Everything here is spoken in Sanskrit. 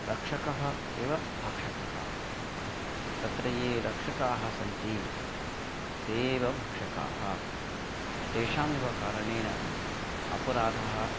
रक्षकः एव भक्षकः तत्र ये रक्षकाः सन्ति ते एव भक्षकाः तेषामेव कारणेन अपराधः